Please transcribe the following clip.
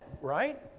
right